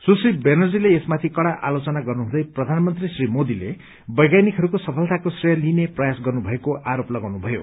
सुश्री ब्यानर्जीले यसमाथि कड़ा आलोचना गर्नुहँदै प्रधानमन्त्री श्री मोदीले वैज्ञानिकहरूको सफलताको श्रेय लिने प्रयास गर्नुभएको आरोप लगाउनु भयो